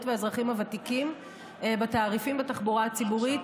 והאזרחים הוותיקים בתעריפים בתחבורה הציבורית,